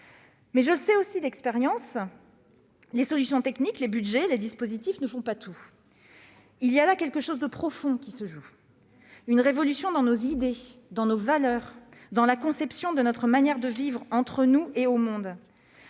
je le sais aussi d'expérience, les solutions techniques, les budgets, les dispositifs ne font pas tout. En réalité, c'est un changement profond qui est en train de s'opérer : une révolution dans nos idées, dans nos valeurs, dans la conception de notre manière de vivre, entre nous et au monde.